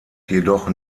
jedoch